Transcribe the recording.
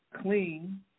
clean